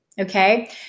Okay